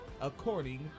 according